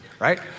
right